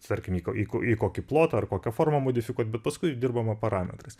tarkim į ko į į kokį plotą ar kokią formą modifikuot bet paskui dirbama parametrais